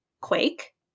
quake